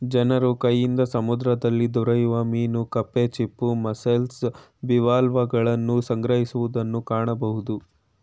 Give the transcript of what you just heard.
ಜನರು ಕೈಯಿಂದ ಸಮುದ್ರದಲ್ಲಿ ದೊರೆಯುವ ಮೀನು ಕಪ್ಪೆ ಚಿಪ್ಪು, ಮಸ್ಸೆಲ್ಸ್, ಬಿವಾಲ್ವಗಳನ್ನು ಸಂಗ್ರಹಿಸುವುದನ್ನು ಕಾಣಬೋದು